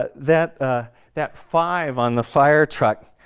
but that ah that five on the fire truck,